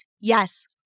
Yes